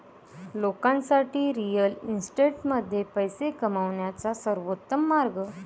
लोकांसाठी रिअल इस्टेटमध्ये पैसे कमवण्याचा सर्वोत्तम मार्ग